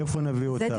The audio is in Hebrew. מאיפה נביא אותם?